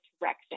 direction